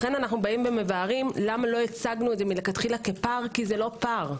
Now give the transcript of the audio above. לכן אנו מסבירים למה לא הצגנו את זה לכתחילה כפער כי זה לא פער.